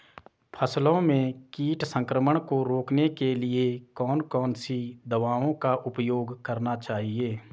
फसलों में कीट संक्रमण को रोकने के लिए कौन कौन सी दवाओं का उपयोग करना चाहिए?